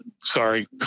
Sorry